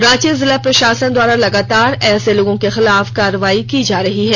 रांची जिला प्रशासन द्वारा लगातार ऐसे लोगों के खिलाफ कार्रवाई की जा रही है